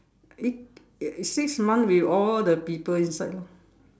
it it six months with all the people inside lor